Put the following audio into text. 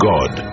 God